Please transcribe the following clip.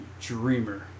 Dreamer